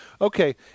Okay